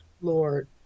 Lord